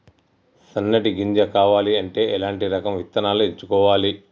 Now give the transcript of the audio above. సన్నటి గింజ రావాలి అంటే ఎలాంటి రకం విత్తనాలు ఎంచుకోవాలి?